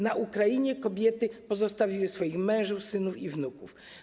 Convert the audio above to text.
Na Ukrainie kobiety pozostawiły swoich mężów, synów i wnuków.